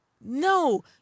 No